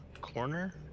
corner